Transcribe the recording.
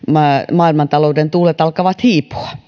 maailmantalouden tuulet alkavat hiipua